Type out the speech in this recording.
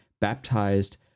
baptized